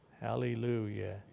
Hallelujah